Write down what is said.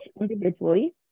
individually